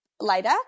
later